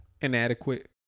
Inadequate